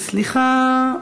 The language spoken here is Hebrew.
בבקשה.